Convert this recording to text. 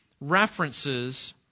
references